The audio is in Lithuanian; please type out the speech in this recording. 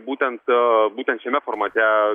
būtent a būtent šiame formate